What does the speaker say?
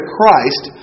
Christ